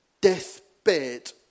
deathbed